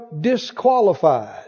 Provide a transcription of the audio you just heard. disqualified